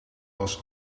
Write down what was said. was